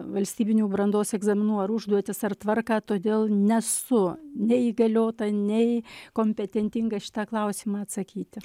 valstybinių brandos egzaminų ar užduotis ar tvarką todėl nesu nei įgaliota nei kompetentinga šitą klausimą atsakyti